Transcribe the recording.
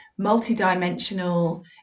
multidimensional